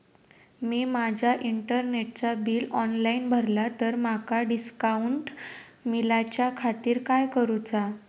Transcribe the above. मी माजा इंटरनेटचा bill online भरला तर माका डिस्काउंट मिलाच्या खातीर काय करुचा?